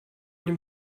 dem